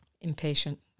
Impatient